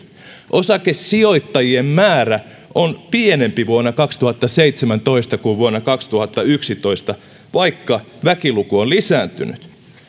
osakesijoittajien määrä on pienempi vuonna kaksituhattaseitsemäntoista kuin vuonna kaksituhattayksitoista vaikka väkiluku on lisääntynyt